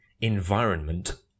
environment